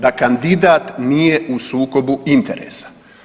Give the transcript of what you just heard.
Da kandidat nije u sukobu interesa.